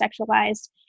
sexualized